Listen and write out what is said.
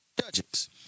judges